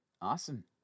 Awesome